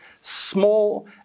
small